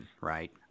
right